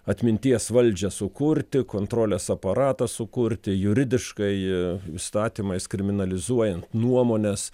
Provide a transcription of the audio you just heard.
atminties valdžią sukurti kontrolės aparatą sukurti juridiškai įstatymais kriminalizuojant nuomones